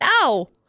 No